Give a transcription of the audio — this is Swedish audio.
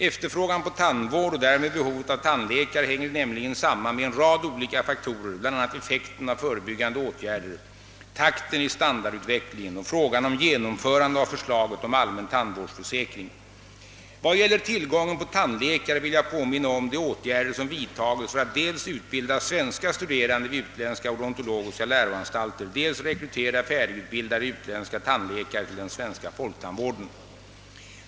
Efterfrågan på tandvård — och därmed behovet av tandläkare — hänger nämligen samman med en rad olika faktorer, bl.a. effekten av förebyggande åtgärder, takten i standardutvecklingen och frågan om genomförande av förslaget om allmän tandvårdsförsäkring, Vad gäller tillgången på tandläkare vill jag påminna om de åtgärder som vidtagits för att dels utbilda svenska studerande vid utländska odontologiska «läroanstalter, dels rekrytera färdigutbildade utländska tandläkare till den svenska folktandvården.